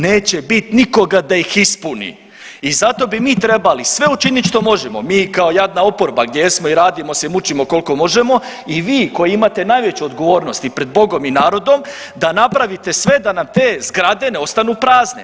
Neće biti nikoga da ih ispuni i zato bi mi trebali učiniti što možemo, mi kao jadna oporba gdje jesmo i radimo se i mučimo koliko možete i vi koji imate najveću odgovornost i pred Bogom i narodom, da napravite sve da nam te zgrade ne ostanu prazne.